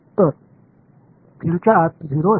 तर फिल्डच्या आत 0 असते